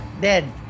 Dead